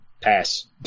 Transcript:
pass